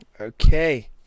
Okay